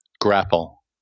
grapple